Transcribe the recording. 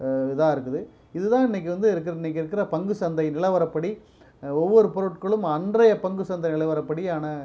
இதாக இருக்குது இதுதான் இன்றைக்கு வந்து இருக் இன்றைக்கு இருக்கிற பங்கு சந்தை நிலவரப்படி ஒவ்வொரு பொருட்களும் அன்றைய பங்கு சந்தை நிலவரப்படியான